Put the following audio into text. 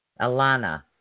Alana